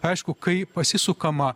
aišku kai pasisukama